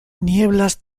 nieblas